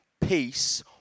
peace